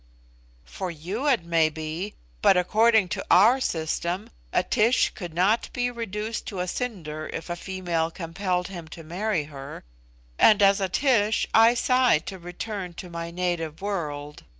for you it may be but according to our system a tish could not be reduced to a cinder if a female compelled him to marry her and as a tish i sigh to return to my native world.